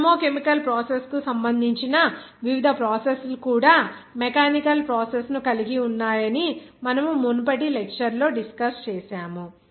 thermo chemical process కు సంబంధించిన వివిధ ప్రాసెస్ లు కూడా మెకానికల్ ప్రాసెస్ ను కలిగి ఉన్నాయని మనము మునుపటి లెక్చర్ లో డిస్కస్ చేసాము